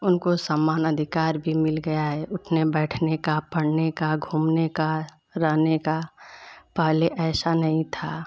उनको समान अधिकार भी मिल गया है उठने बैठने का पढ़ने का घूमने का रहने का पहले ऐसा नहीं था